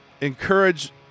encourage